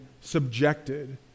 subjected